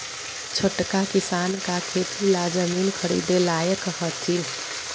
छोटका किसान का खेती ला जमीन ख़रीदे लायक हथीन?